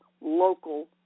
local